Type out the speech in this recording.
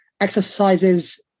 exercises